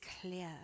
clear